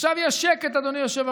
עכשיו יש שקט, אדוני היושב-ראש.